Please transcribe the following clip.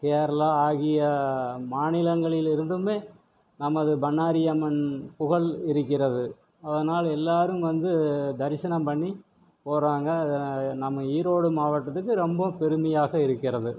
கேரளா ஆகிய மாநிலங்களில் இருந்துமே நமது பண்ணாரியம்மன் புகழ் இருக்கிறது அதனால் எல்லோரும் வந்து தரிசனம் பண்ணி போகிறாங்க அது நம்ம ஈரோடு மாவட்டத்துக்கு ரொம்ப பெருமையாக இருக்கிறது